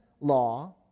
law